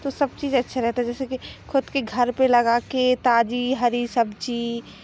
तो सब चीज़ अच्छी रहती है जैसे कि ख़ुद के घर पर लगाकर ताज़ी हरी सब्ज़ी